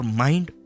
mind